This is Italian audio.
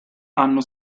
hanno